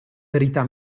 verità